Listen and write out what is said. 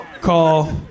call